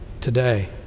today